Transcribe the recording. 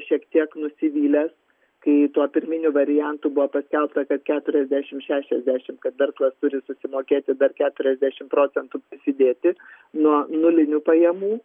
šiek tiek nusivylęs kai tuo pirminiu variantu buvo paskelbta kad keturiasdešim šešiasdešim kad verslas turi susimokėti dar keturiasdešim procentų prasidėti nuo nulinių pajamų